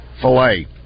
filet